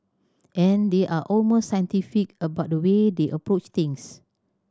and they are almost scientific about the way they approach things